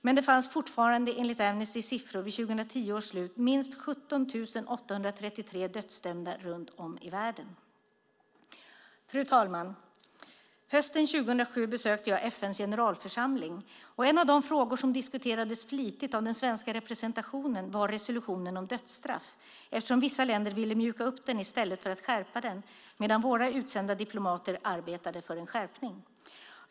Men det fanns fortfarande, enligt Amnestys siffror, vid 2010 års slut minst 17 833 dödsdömda runt om i världen. Fru talman! Hösten 2007 besökte jag FN:s generalförsamling. En av de frågor som diskuterades flitigt av den svenska representationen var resolutionen om dödsstraff, eftersom vissa länder ville mjuka upp den i stället för att skärpa den, medan våra utsända diplomater arbetade för en skärpning.